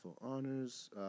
Honors